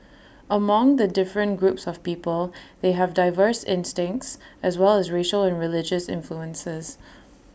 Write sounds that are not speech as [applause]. among the different groups of people they have diverse instincts as well as racial and religious influences [noise]